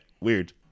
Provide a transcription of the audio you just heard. Weird